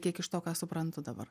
kiek iš to ką aš suprantu dabar